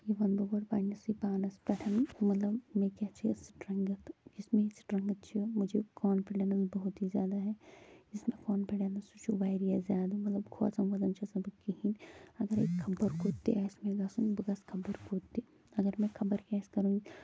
یہِ ونہٕ بہٕ گۄڈٕ پننسٕے پانس پٮ۪ٹھ مطلب مےٚ کیٛاہ چھِ یہِ سٹرنگٕتھ یُس میٲنۍ سٹرنگٕتھ چھِ مجھے کونفِڈینس بہت ہی زیادہ ہے یُس مےٚ کونفڈینٕس سُہ چھُ واریاہ زیادٕ مطلب کھۄژان وۄژان چھَس نہِ بہٕ کہیٖنۍ اگرے خبر کوٚت تہِ آسہِ مےٚ گژھُن بہٕ گژھٕ خبر کوٚت تہِ اگر مےٚ خبر کینہہ آسہِ کرُن